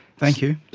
thank you.